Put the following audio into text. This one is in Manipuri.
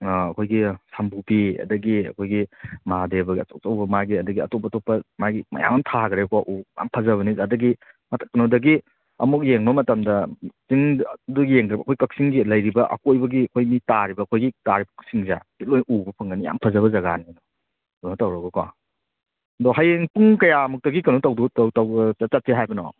ꯑꯩꯈꯣꯏꯒꯤ ꯁꯝꯕꯨꯕꯤ ꯑꯗꯒꯤ ꯑꯩꯈꯣꯏꯒꯤ ꯃꯍꯥꯗꯦꯕꯒꯤ ꯑꯆꯧ ꯑꯆꯧꯕ ꯃꯥꯒꯤ ꯑꯗꯒꯤ ꯑꯇꯣꯞ ꯑꯇꯣꯞꯄ ꯃꯥꯒꯤ ꯃꯌꯥꯝ ꯑꯃ ꯊꯥꯈ꯭ꯔꯦꯀꯣ ꯎ ꯌꯥꯝ ꯐꯖꯕꯅꯤ ꯑꯗꯒꯤ ꯃꯊꯛꯇꯨꯅ ꯑꯗꯒꯤ ꯑꯃꯨꯛ ꯌꯦꯡꯕ ꯃꯇꯝꯗ ꯆꯤꯡꯗꯨꯒꯤ ꯌꯦꯡꯗꯔꯛꯄ ꯑꯩꯈꯣꯏ ꯀꯥꯛꯆꯤꯡꯒꯤ ꯂꯩꯔꯤꯕ ꯑꯀꯣꯏꯕꯒꯤ ꯑꯩꯈꯣꯏꯒꯤ ꯇꯥꯔꯤꯕ ꯑꯩꯈꯣꯏꯒꯤ ꯇꯥꯔꯤꯕ ꯀꯥꯛꯆꯤꯡꯁꯦ ꯁꯤ ꯂꯣꯏ ꯎꯕ ꯐꯪꯒꯅꯤ ꯌꯥꯝ ꯐꯖꯕ ꯖꯒꯥꯅꯤ ꯑꯗꯣ ꯀꯩꯅꯣ ꯇꯧꯔꯒꯀꯣ ꯑꯗꯣ ꯍꯌꯦꯡ ꯄꯨꯡ ꯀꯌꯥꯃꯨꯛꯇꯒꯤ ꯀꯩꯅꯣ ꯇꯧꯗꯣꯏꯅꯣ ꯆꯠꯀꯦ ꯍꯥꯏꯕꯅꯣ